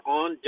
on